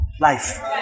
Life